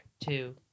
two